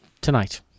tonight